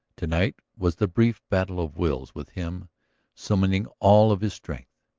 to-night was the brief battle of wills, with him summoning all of his strength,